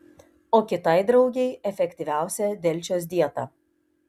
o kitai draugei efektyviausia delčios dieta